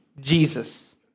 Jesus